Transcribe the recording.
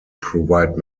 provide